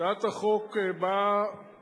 הצעת החוק באה